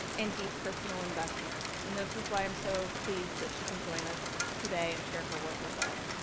and deep personal investment. and this is why i am so pleased that she can join us today and share her work with us.